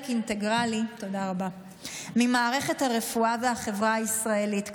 אינטגרלי ממערכת הרפואה והחברה הישראלית כיום.